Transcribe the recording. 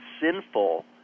sinful